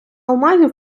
алмазів